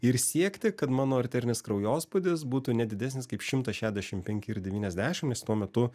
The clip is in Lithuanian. ir siekti kad mano arterinis kraujospūdis būtų ne didesnis kaip šimtas šešiasdešimt penki ir devyniasdešimt nes tuo metu